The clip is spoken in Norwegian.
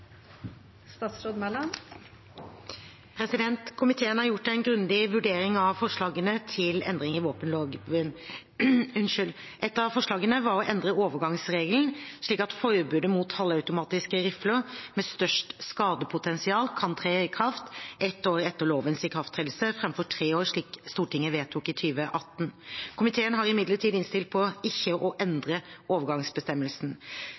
Komiteen har gjort en grundig vurdering av forslagene til endring i våpenloven. Et av forslagene var å endre overgangsregelen slik at forbudet mot halvautomatiske rifler med størst skadepotensial kan tre i kraft ett år etter lovens ikrafttredelse, fremfor tre år, slik Stortinget vedtok i 2018. Komiteen har imidlertid innstilt på ikke å